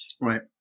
right